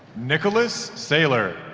nicholas sayler